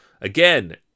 Again